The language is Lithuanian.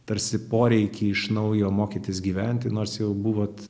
tarsi poreikį iš naujo mokytis gyventi nors jau buvot